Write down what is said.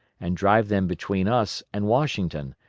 and drive them between us and washington,